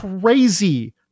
crazy